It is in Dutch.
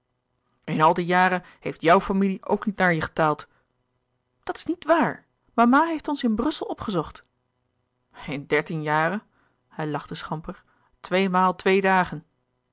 in al die jaren heeft jouw familie ook niet naar je getaald dat is niet waar mama heeft ons in brussel opgezocht in dertien jaren hij lachte schamper twee maal twee dagen